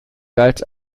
galt